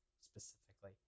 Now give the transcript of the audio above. specifically